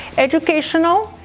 educational,